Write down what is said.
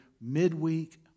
midweek